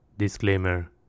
Disclaimer